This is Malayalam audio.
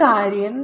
ഈ കാര്യം